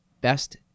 best